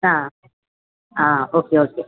ಹಾಂ ಹಾಂ okay okay